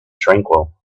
tranquil